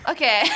Okay